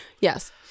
Yes